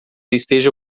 esteja